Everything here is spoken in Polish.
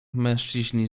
mężczyźni